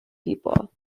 people